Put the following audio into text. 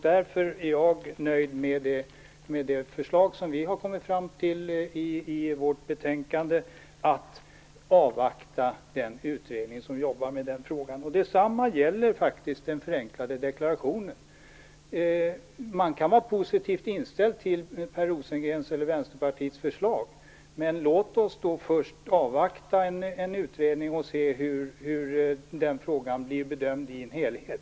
Därför är jag nöjd med det förslag som vi har kommit fram till i vårt betänkande, nämligen att avvakta den utredning som jobbar med denna fråga. Det samma gäller faktiskt den förenklade deklarationen. Man kan vara positivt inställd till Per Rosengrens eller Vänsterpartiets förslag, men låt oss först avvakta en utredning och se hur frågan blir bedömd i en helhet.